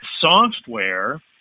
software